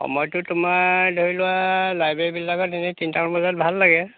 সময়টো তোমাৰ ধৰি লোৱা লাইব্ৰেৰীবিলাকত এনেই তিনিটামান বজাত ভাল লাগে